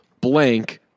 blank